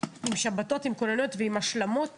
עם שבתות, עם כוננויות ועם השלמות